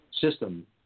system